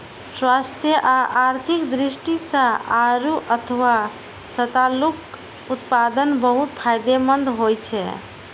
स्वास्थ्य आ आर्थिक दृष्टि सं आड़ू अथवा सतालूक उत्पादन बहुत फायदेमंद होइ छै